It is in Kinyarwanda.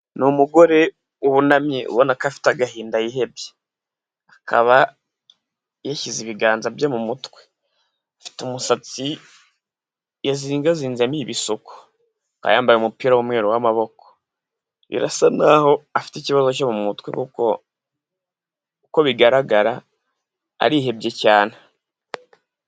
Ni umugore wunamye ubona ko afite agahinda yihebye. Akaba yashyize ibiganza bye mu mutwe. Afite umusatsi yazingazinze ni ibisuko. Akaba yambaye umupira w'umweru w'amaboko. Birasa naho afite ikibazo cyo mu mutwe kuko uko bigaragara arihebye cyane.